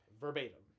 Verbatim